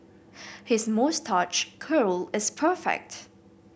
his moustache curl is perfect